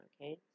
okay